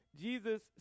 Jesus